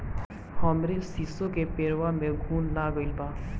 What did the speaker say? हमरे शीसो के पेड़वा में घुन लाग गइल बा